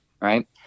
right